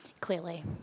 Clearly